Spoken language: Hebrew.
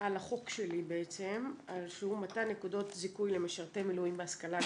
על החוק שלי בעצם שהוא מתן נקודות זיכוי למשרתי מילואים בהשכלה הגבוהה,